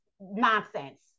Nonsense